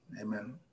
amen